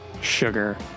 sugar